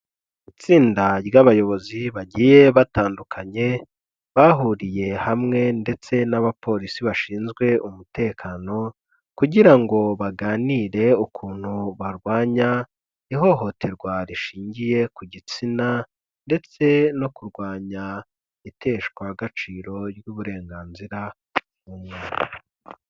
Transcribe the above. Itsinda ry'abayobozi bagiye batandukanye bahuriye hamwe, ndetse n'abapolisi bashinzwe umutekano, kugira ngo baganire ukuntu barwanya ihohoterwa rishingiye ku gitsina ,ndetse no kurwanya iteshwagaciro ry'uburenganzira bw'umwana.